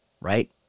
right